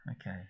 Okay